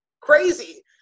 crazy